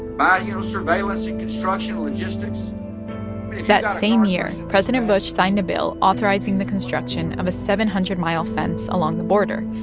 by, you know, surveillance and construction, logistics that same year, president bush signed a bill authorizing the construction of a seven hundred mile fence along the border,